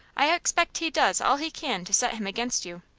i expect he does all he can to set him against you.